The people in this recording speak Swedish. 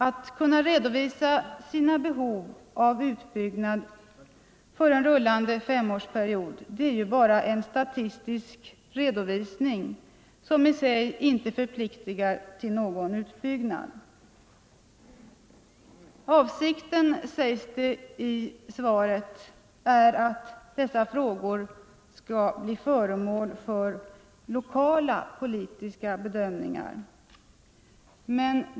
Att kunna redovisa sina behov av utbyggnad för en rullande femårsperiod är ju bara en statistisk redovisning, som i sig inte förpliktar till någon utbyggnad. Avsikten, sägs det i interpellationssvaret, är att dessa frågor skall bli föremål för lokala politiska bedömningar.